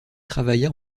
travailla